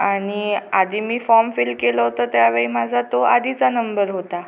आणि आधी मी फॉम फिल केलं होतं त्यावेळी माझा तो आधीचा नंबर होता